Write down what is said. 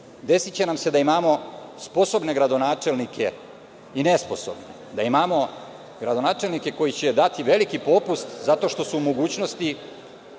Desiće nam se da imamo sposobne gradonačelnike i nesposobne, da imamo gradonačelnike koji će dati veliki popust zato što su u mogućnosti